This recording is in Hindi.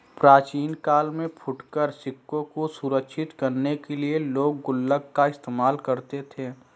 प्राचीन काल में फुटकर सिक्कों को सुरक्षित करने के लिए लोग गुल्लक का इस्तेमाल करते थे